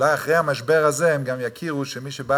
אולי אחרי המשבר הזה הן גם יכירו וידעו שמי שבא